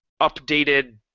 updated